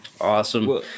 awesome